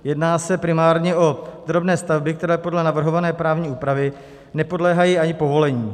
Jedná se primárně o drobné stavby, které podle navrhované právní úpravy nepodléhají ani povolení.